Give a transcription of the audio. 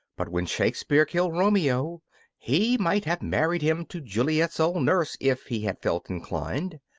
but when shakespeare killed romeo he might have married him to juliet's old nurse if he had felt inclined.